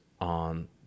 on